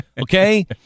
okay